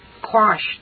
Quashed